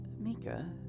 Mika